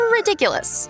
Ridiculous